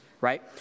right